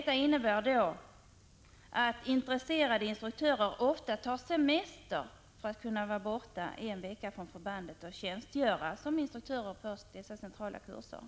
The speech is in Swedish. Det innebär att intresserade instruktörer ofta tar semester för att kunna vara borta från förbandet en vecka och tjänstgöra som instruktörer på dessa centrala kurser.